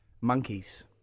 Monkeys